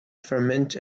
ferment